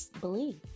believe